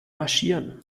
marschieren